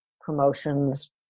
promotions